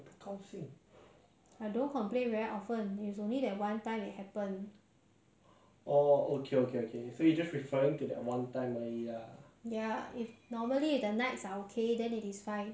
还有是很难啊很难做什么东西 then that night I was trying to sleep and I was getting insomnia 然后我很 stress 因为那明天是我的考试所以我真的是要